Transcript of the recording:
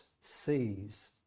sees